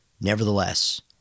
Nevertheless